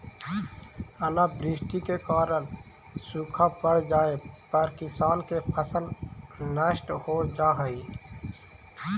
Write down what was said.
अनावृष्टि के कारण सूखा पड़ जाए पर किसान के फसल नष्ट हो जा हइ